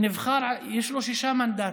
יש לו שישה מנדטים.